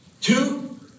Two